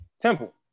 Temple